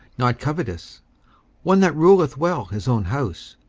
not covetous one that ruleth well his own house,